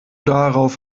darauf